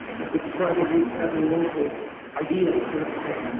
is that the tribal groups had their local ideals, let's say,